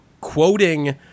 quoting